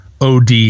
OD